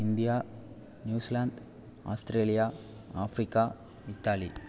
India New Zealand Australia Africa Italy